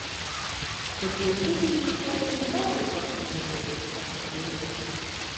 tad lietuviui veikiausiai dar reikės palūkėti savo eilės